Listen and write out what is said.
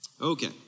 Okay